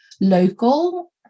local